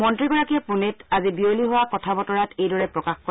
মন্ত্ৰীগৰাকীয়ে পুণেত আজি বিয়লি হোৱা কথা বতৰাত এইদৰে প্ৰকাশ কৰে